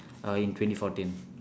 uh in twenty fourteen